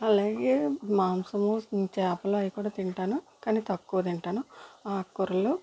అలాగే మాంసము చేపలు అవి కూడా తింటాను కాని తక్కువ తింటాను